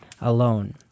alone